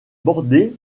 bordée